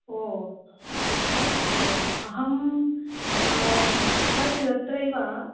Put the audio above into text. ओ हा एवम् अहं काचित् अत्रैव